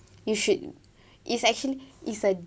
you should it's actually it's a